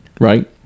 right